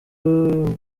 buri